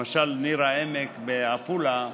למשל ניר העמק בעפולה,